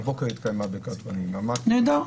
הבוקר התקיימה ברכת כוהנים --- נהדר,